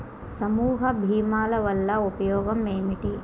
సమూహ భీమాల వలన ఉపయోగం ఏమిటీ?